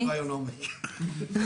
דבר שני,